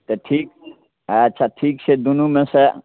तऽ ठीक अच्छा ठीक छै दुनूमेसँ